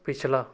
ਪਿਛਲਾ